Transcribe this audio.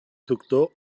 doctor